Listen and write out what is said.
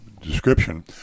description